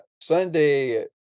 Sunday